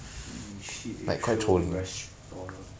你去 atrium restaurant